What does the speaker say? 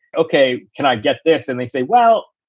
ok, can i get this? and they'd say, well,